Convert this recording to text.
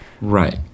Right